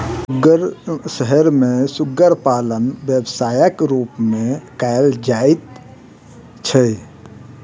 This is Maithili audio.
शहर मे सुग्गर पालन व्यवसायक रूप मे कयल जाइत छै